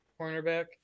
cornerback